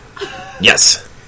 yes